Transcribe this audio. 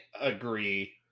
agree